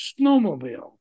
snowmobile